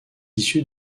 issu